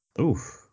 Oof